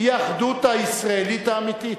היא האחדות הישראלית האמיתית.